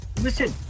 listen